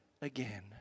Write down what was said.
again